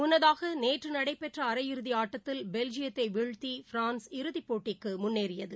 முன்னதாகநேற்றுநடைபெற்றஅரையிறுதிஆட்டத்தில் பெல்ஜியத்தைவீழ்த்திபிரான்ஸ் இறுதிபோட்டிக்குமுன்னேறியது